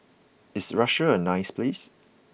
is Russia a nice place